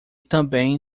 também